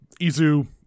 Izu